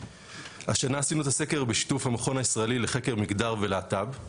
השנה עשינו את הסקר בשיתוף המכון הישראלי לחקר מגדר ולהט"ב.